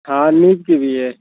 हाँ नीम की भी है